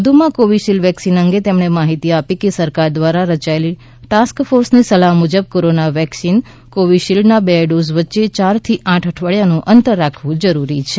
વધુમાં Covishield vaccine અંગે તેમણે માહિતી આપી કે સરકાર દ્વારા રચાયેલી ટાસ્ટ ફોર્સની સલાહ મુજબ કોરોના વેક્સીન કોવિશિલ્ડના બે ડોઝ વચ્ચે યારથી આઠ અઠવાડિયાનું અંતર રાખવું જરૂરી છે